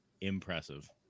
Impressive